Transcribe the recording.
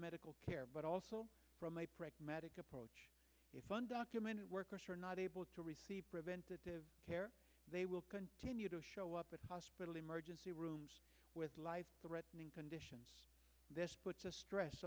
medical care but also from a pragmatic approach if one documented workers are not able to receive preventative care they will continue to show up at hospital emergency rooms with life threatening conditions this puts a stress